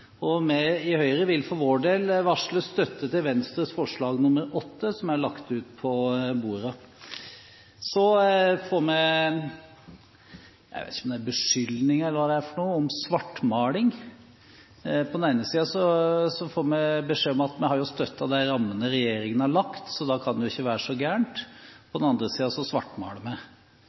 og vi i Høyre vil for vår del varsle støtte til Venstres forslag, nr. 8, som er lagt ut på representantenes plasser. Så får vi beskyldninger om svartmaling. På den ene siden får vi beskjed om at vi har støttet de rammene regjeringen har lagt, så da kan det jo ikke være så galt, på den andre